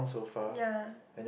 ya